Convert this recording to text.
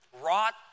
rot